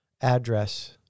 address